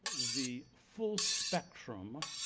the full spectrum